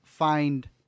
find